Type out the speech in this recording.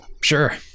sure